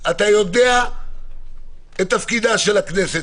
-- אתה יודע את תפקידה של הכנסת,